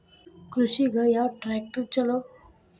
ಕೃಷಿಗ ಯಾವ ಟ್ರ್ಯಾಕ್ಟರ್ ಛಲೋ?